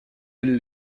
elle